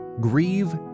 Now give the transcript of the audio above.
Grieve